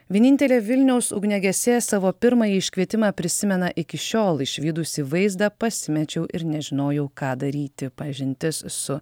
vienintelė vilniaus ugniagesė savo pirmąjį iškvietimą prisimena iki šiol išvydusi vaizdą pasimečiau ir nežinojau ką daryti pažintis su